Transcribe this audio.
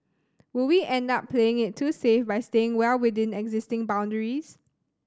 will we end up playing it too safe by staying well within existing boundaries